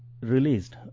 released